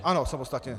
Ano, samostatně.